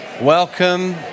Welcome